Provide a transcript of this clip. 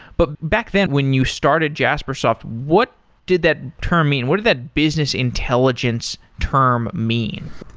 but back then when you started jaspersoft, what did that term mean? what did that business intelligence term mean?